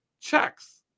checks